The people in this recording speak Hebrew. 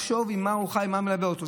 לחשוב במה הוא חי ומה מלווה אותו.